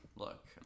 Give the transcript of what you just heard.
look